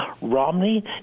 Romney